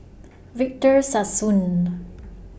Victor Sassoon